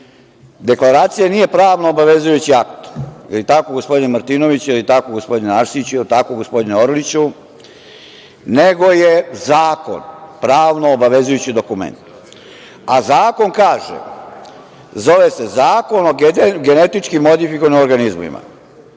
Zašto? Deklaracija nije pravno obavezujući akt, je li tako, gospodine Martinoviću, je li tako, gospodine Arsiću, je li tako, gospodine Orliću, nego je zakon pravno obavezujući dokument. A zakon kaže, zove se Zakon o genetički modifikovanim organizmima,